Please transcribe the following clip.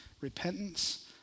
repentance